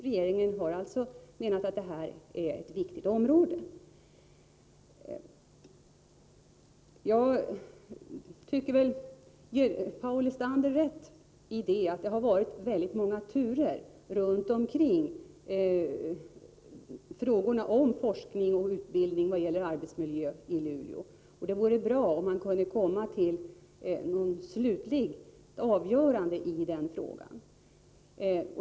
Regeringen har alltså menat att detta är ett viktigt område. Jag vill ge Paul Lestander rätt i att det har varit många turer kring frågorna om forskning och utbildning i vad gäller arbetsmiljö i Luleå och att det vore bra om man kunde komma till ett slutligt avgörande i den frågan.